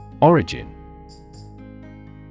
Origin